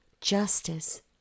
justice